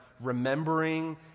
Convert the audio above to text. remembering